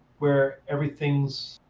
where everything's